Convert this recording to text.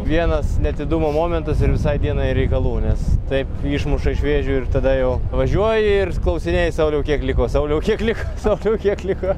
vienas neatidumo momentas ir visai dienai reikalų nes taip išmuša iš vėžių ir tada jau važiuoji ir klausinėji sauliau kiek liko sauliau kiek liko sauliau kiek liko